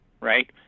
right